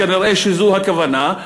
כנראה שזו הכוונה,